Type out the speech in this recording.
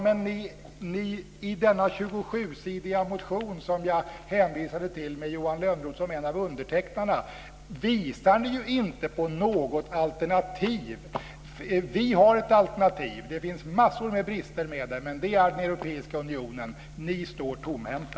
Men i denna 27-sidiga motion som jag hänvisade till med Johan Lönnroth som en av undertecknarna visar ni ju inte på något alternativ. Vi har ett alternativ. Det finns massor av brister i det. Men ni står tomhänta.